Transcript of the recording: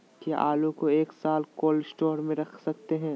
क्या आलू को एक साल कोल्ड स्टोरेज में रख सकते हैं?